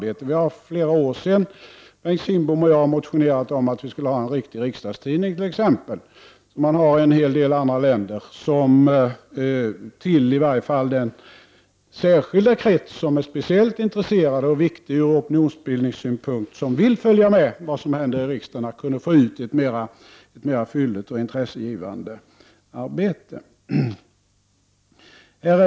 Bengt Kindbom och jag har för flera år sedan motionerat om att vi t.ex. skulle ha en riktig riksdagstidning, som man har i en hel del andra länder, så att vi i varje fall till den särskilda krets som är speciellt intresserad — den är viktig från opinionssynpunkt — och som vill följa med vad som händer i riksdagen kunde få ut ett mer fylligt och intresseväckande material.